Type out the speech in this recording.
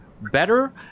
better